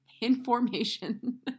Information